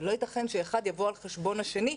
לא ייתכן שאחד יבוא על חשבון השני,